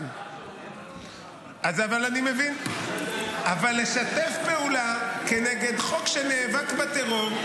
אבל לשתף פעולה כנגד חוק שנאבק בטרור,